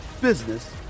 business